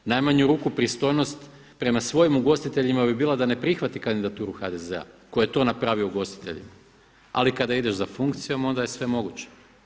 U najmanju ruku pristojnost prema svojim ugostiteljima bi bila da ne prihvati kandidaturu HDZ-a koji je to napravio ugostiteljima, ali kada ideš za funkcijom onda je sve moguće.